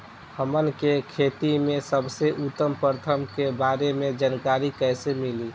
हमन के खेती में सबसे उत्तम प्रथा के बारे में जानकारी कैसे मिली?